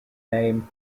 name